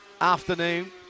afternoon